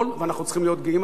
ואנחנו צריכים להיות גאים על כך.